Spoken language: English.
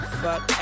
fuck